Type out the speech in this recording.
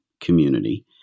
community